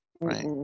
right